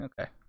Okay